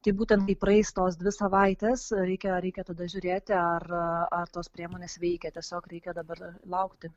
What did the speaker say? tai būtent kai praeis tos dvi savaitės reikia reikia tada žiūrėti ar a ar tos priemonės veikia tiesiog reikia dabar laukti